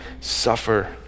suffer